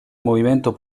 movimento